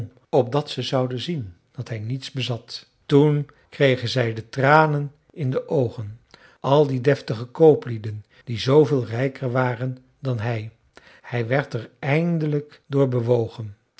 opdat ze zouden zien dat hij niets bezat toen kregen zij de tranen in de oogen al die deftige kooplieden die zooveel rijker waren dan hij hij werd er eindelijk door bewogen